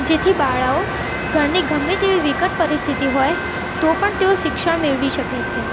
જેથી બાળાઓ ઘરની ગમે તેવી વિકટ પરિસ્થિતિ હોય તો પણ તેઓ શિક્ષણ મેળવી શકે